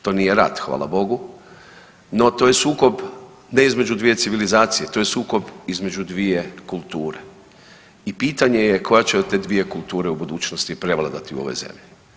To nije rat hvala Bogu, no to je sukob ne između dvije civilizacije, to je sukob između dvije kulture i pitanje je koja će od te dvije kulture u budućnosti prevladati u ovoj zemlji.